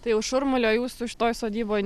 tai jau šurmulio jūsų šitoje sodyboj